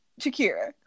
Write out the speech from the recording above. Shakira